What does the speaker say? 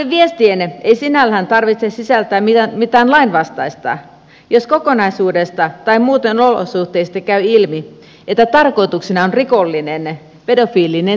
noiden viestien ei sinällään tarvitse sisältää mitään lainvastaista jos kokonaisuudesta tai muuten olosuhteista käy ilmi että tarkoituksena on rikollinen pedofiilinen teko